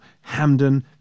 Hamden